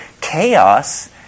chaos